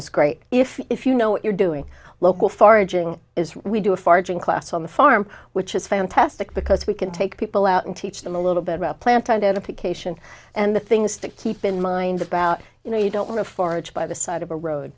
is great if you know what you're doing local foraging is we do a farting class on the farm which is fantastic because we can take people out and teach them a little bit about plant identification and the things to keep in mind about you know you don't want to forage by the side of a road